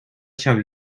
ҫав